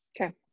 Okay